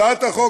הצעת החוק,